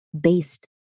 based